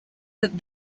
that